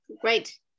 Great